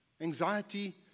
Anxiety